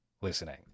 listening